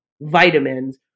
vitamins